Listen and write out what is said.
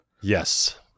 Yes